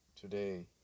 today